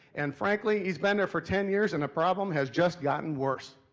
and frankly, he's been there for ten years and the problem has just gotten worse.